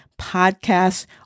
podcasts